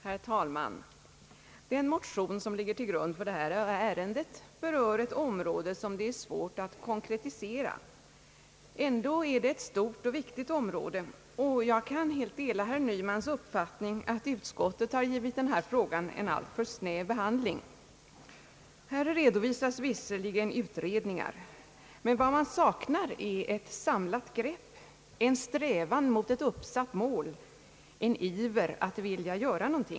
Herr talman! Den motion som ligger till grund för detta ärende berör ett område som det är svårt att konkretisera. Ändå är det ett stort och viktigt område, och jag kan helt dela herr Nymans uppfattning att utskottet har givit denna fråga en alltför snäv behandling. Här redovisas visserligen utredningar, men vad man saknar är ett samlat grepp, en strävan mot ett uppsatt mål, en iver att vilja göra något.